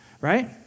right